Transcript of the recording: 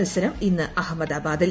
മത്സരം ഇന്ന് അഹമ്മദാബാദിൽ